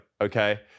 okay